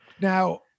Now